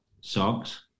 Socks